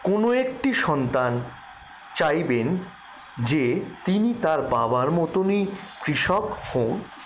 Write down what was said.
কোনো একটি সন্তান চাইবেন যে তিনি তার বাবার মতোনই কৃষক হন